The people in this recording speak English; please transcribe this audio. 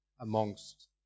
amongst